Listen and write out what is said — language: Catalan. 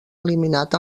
eliminat